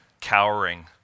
cowering